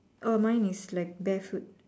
oh mine is like barefoot